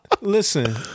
Listen